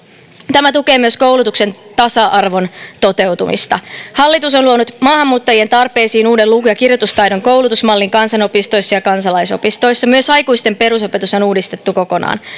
tämä tukee myös koulutuksen tasa arvon toteutumista hallitus on luonut maahanmuuttajien tarpeisiin uuden luku ja kirjoitustaidon koulutusmallin kansanopistoissa ja kansalaisopistoissa myös aikuisten perusopetus on uudistettu kokonaan